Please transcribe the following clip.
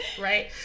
right